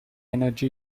energy